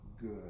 good